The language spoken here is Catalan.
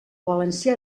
valencià